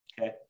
okay